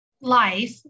life